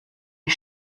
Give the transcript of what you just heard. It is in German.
die